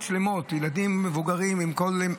אלה דברים שמשפיעים.